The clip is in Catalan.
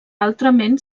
altrament